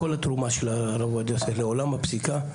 כל התרומה של הרב עובדיה יוסף לעולם הפסיקה,